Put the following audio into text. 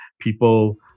people